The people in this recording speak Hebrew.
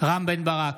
רם בן ברק,